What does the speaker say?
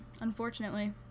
unfortunately